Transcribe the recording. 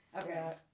okay